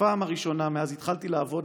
בפעם הראשונה מאז התחלתי לעבוד,